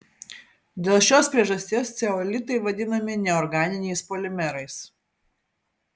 dėl šios priežasties ceolitai vadinami neorganiniais polimerais